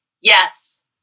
yes